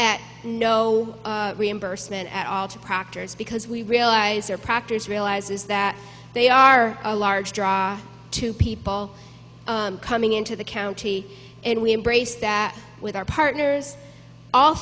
at no reimbursement at all to proctor's because we realize their practice realizes that they are a large draw to people coming into the county and we embrace that with our partners all